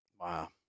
wow